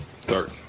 third